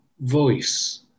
voice